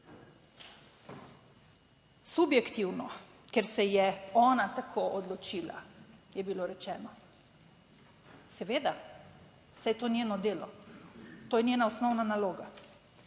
Subjektivno, ker se je ona tako odločila, je bilo rečeno. Seveda, saj je to njeno delo, to je njena osnovna naloga